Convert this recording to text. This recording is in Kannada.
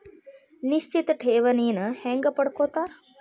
ನಿಶ್ಚಿತ್ ಠೇವಣಿನ ಹೆಂಗ ಪಡ್ಕೋತಾರ